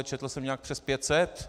Četl jsem nějak přes 500.